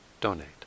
donate